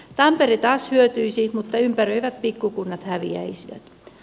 tampere taas hyötyisi mutta ympäröivät pikkukunnat häviäisivät